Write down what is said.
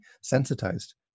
sensitized